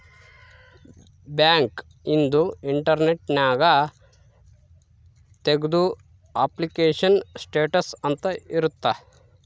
bank ಇಂದು internet ನ್ಯಾಗ ತೆಗ್ದು ಅಪ್ಲಿಕೇಶನ್ ಸ್ಟೇಟಸ್ ಅಂತ ಇರುತ್ತ